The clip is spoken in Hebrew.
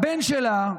הבן שלה,